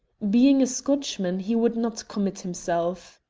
being a scotchman he would not commit himself.